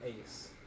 Ace